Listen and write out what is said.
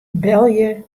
belje